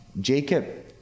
Jacob